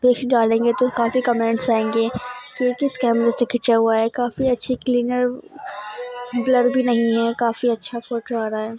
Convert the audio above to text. post ڈالیں گے تو کافی کمنٹس آئیں گے کیونکہ اس کیمرے سے کھنچا ہوا ہے کافی اچھی کلینر بلر بھی نہیں ہے کافی اچھا فوٹو آ رہا ہے